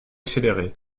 accélérée